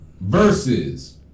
versus